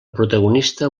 protagonista